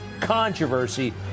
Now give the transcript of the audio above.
controversy